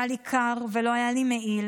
היה לי קר ולא היה לי מעיל.